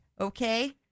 Okay